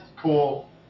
cool